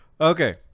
Okay